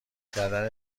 کردن